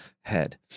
head